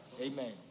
Amen